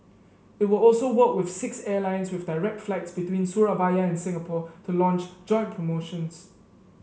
it will also work with six airlines with direct flights between Surabaya and Singapore to launch joint promotions